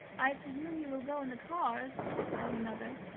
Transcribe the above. i presume you will go in the cars, said her mother.